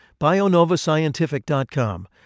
BionovaScientific.com